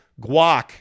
guac